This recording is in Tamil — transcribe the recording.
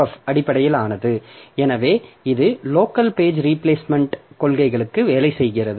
எஃப் அடிப்படையிலானது எனவே இது லோக்கல் பேஜ் ரீபிளேஸ்மெண்ட்க் கொள்கைகளுக்கு வேலை செய்கிறது